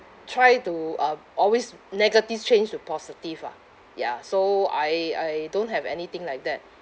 try to uh always negatives change to positive ah ya so I I don't have anything like that